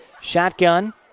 Shotgun